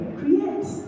create